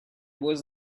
was